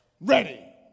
Ready